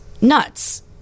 nuts